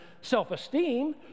self-esteem